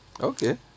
Okay